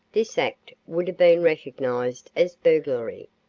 this act would have been recognized as burglary,